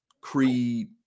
creed